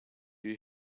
you